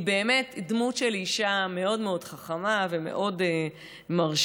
היא באמת דמות של אישה מאוד מאוד חכמה ומאוד מרשימה,